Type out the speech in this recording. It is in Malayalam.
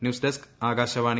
news desk Akashvani